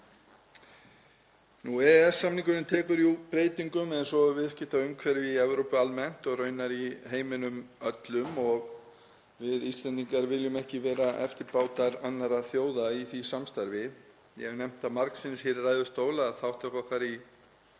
EES-samningurinn tekur jú breytingum eins og viðskiptaumhverfi í Evrópu almennt og raunar í heiminum öllum og við Íslendingar viljum ekki vera eftirbátar annarra þjóða í því samstarfi. Ég hef nefnt margsinnis hér í ræðustól að þátttaka okkar í